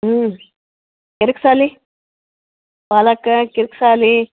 ಹ್ಞೂ ಕಿರಿಕ್ಸಾಲಿ ಪಾಲಕ್ ಕಿರಿಕ್ಸಾಲಿ